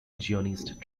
zionist